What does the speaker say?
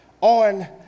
on